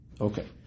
Okay